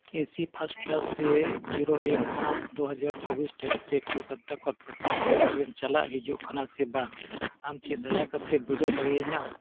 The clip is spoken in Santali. ᱮ ᱥᱤ ᱯᱷᱟᱥᱴ ᱠᱞᱟᱥ ᱨᱮ ᱡᱤᱨᱳ ᱮᱠ ᱯᱟᱸᱪ ᱫᱩ ᱦᱟᱡᱟᱨ ᱪᱚᱵᱵᱤᱥ ᱛᱟᱹᱨᱤᱠᱷ ᱨᱮ ᱠᱳᱞᱠᱟᱛᱟ ᱠᱷᱚᱱ ᱯᱟᱴᱱᱟ ᱫᱷᱟᱹᱵᱤᱡ ᱴᱨᱮᱱ ᱪᱟᱞᱟᱜ ᱦᱤᱡᱩᱜ ᱠᱟᱱᱟ ᱥᱮ ᱵᱟᱝ ᱟᱢ ᱪᱮᱫ ᱫᱟᱭᱟ ᱠᱟᱛᱮᱢ ᱵᱤᱰᱟᱹᱣ ᱫᱟᱲᱮᱭᱟᱜ ᱟᱢ